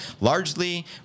largely